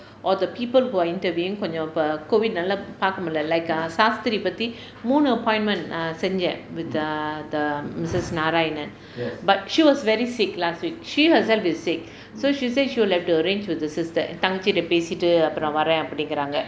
or the people who are interviewing கொஞ்சம் இப்ப:koncham ippa COVID நால பார்க்க முடியில்ல:naala paarkka mudiyilla like err Sastri பற்றி மூன்று:saasthri patri mundru appointment err செஞ்சேன்:senjaen with err the missus narayanan but she was very sick last week she herself is sick so she say will have to arrange with the sister தங்கச்சிட்ட பேசிட்டு அப்புறம் நான் வரேன் அப்படிங்கிறாங்க:thangachitta pesittu appuram naan varaen appadingiraanga